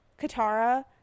Katara